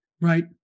Right